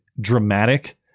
dramatic